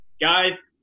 guys